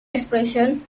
expression